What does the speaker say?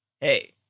Hey